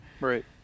Right